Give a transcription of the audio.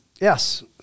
yes